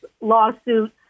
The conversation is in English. lawsuit